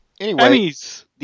Emmys